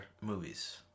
movies